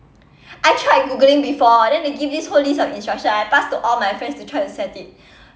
I tried googling before then they give this whole list of instructions I pass to all my friends to try to set it